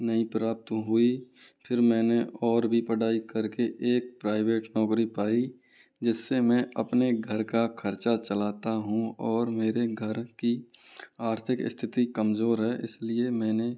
नहीं प्राप्त हुई फिर मैंने और भी पढाई करके एक प्राइवेट नौकरी पाई जिससे मैं अपने घर का खर्चा चलाता हूँ और मेरे घर की आर्थिक स्थिति कमजोर है इसलिए मैंने